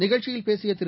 நிகழ்ச்சியில் பேசிய திரு